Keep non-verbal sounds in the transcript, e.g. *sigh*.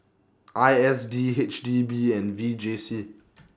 I S D H D B and V J C *noise*